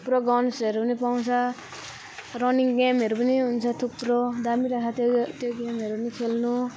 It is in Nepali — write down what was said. थुप्रो गन्सहरू पनि पाउँछ रनिङ गेम्सहरू पनि हुन्छ थुप्रो दामी रहेछ त्यो त्यो गेमहरू पनि खेल्नु